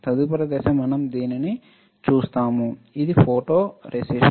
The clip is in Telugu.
తదుపరి దశ మనం దీనిని చేస్తాము ఇది ఫోటోరేసిస్ట్